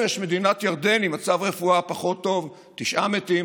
יש את מדינת ירדן עם מצב רפואה פחות טוב ותשעה מתים,